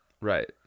Right